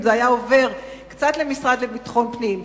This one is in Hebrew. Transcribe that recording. אם מעט מסכום זה היה עובר למשרד לביטחון פנים.